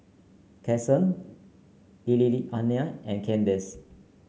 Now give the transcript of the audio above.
Kason Lillianna and Kaydence